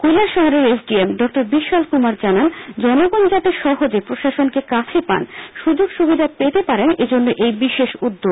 কৈলাসহরের S D M doctor Bishal Kumar জানান জনগণ যাতে সহজে প্রশাসনকে কাছে পান সুবিধা সুযোগ পেতে পারেন এজন্য এই বিশেষ উদ্যোগ